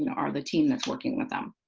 are the team that's working with them.